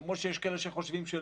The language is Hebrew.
למרות שיש כאלה שחושבים שלא.